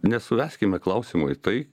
nesuveskime klausimų į tai